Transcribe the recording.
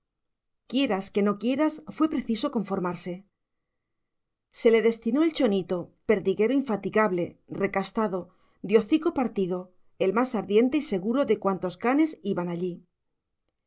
quieras que no quieras fue preciso conformarse se le destinó el chonito perdiguero infatigable recastado de hocico partido el más ardiente y seguro de cuantos canes iban allí